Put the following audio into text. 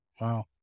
Wow